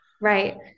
Right